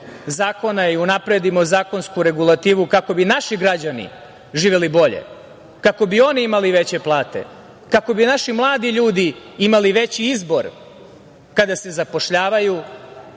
zakona i unapredimo zakonsku regulativu kako bi naši građani živeli bolje, kako bi oni imali veće plate, kako bi naši mladi ljudi imali veći izbor kada se zapošljavaju,